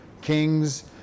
kings